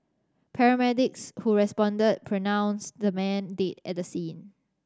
paramedics who responded pronounced the man did at the scene